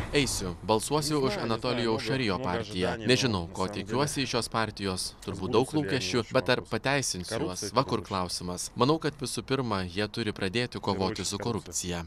eisiu balsuosiu už anatolijaus šarijo partiją nežinau ko tikiuosi iš šios partijos turbūt daug lūkesčių bet ar pateisins juos va kur klausimas manau kad visų pirma jie turi pradėti kovoti su korupcija